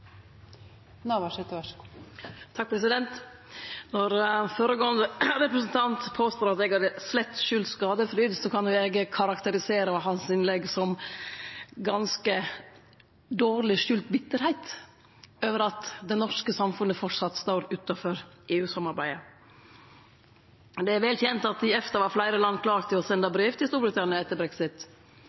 Når føregåande representant påstår at eg hadde «slett skjult skadefryd», kan jo eg karakterisere innlegget hans som ganske dårleg skjult bitterheit over at det norske samfunnet framleis står utanfor EU-samarbeidet. Det er vel kjent at i EFTA var fleire land klare til å sende brev til Storbritannia etter